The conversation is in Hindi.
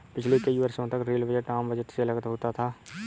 पिछले कई वर्षों तक रेल बजट आम बजट से अलग होता था